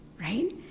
right